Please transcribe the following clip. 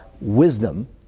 wisdom